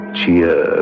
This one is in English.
cheer